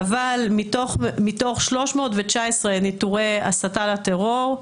אבל מתוך 319 ניטורי הסתה לטרור,